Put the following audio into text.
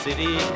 City